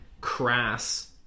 crass